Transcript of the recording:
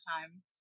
time